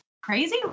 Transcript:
crazy